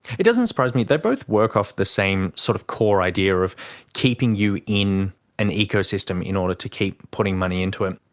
it doesn't surprise me. they both work off the same sort of core idea of keeping you in an ecosystem in order to keep putting money into it.